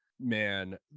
Man